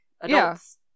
adults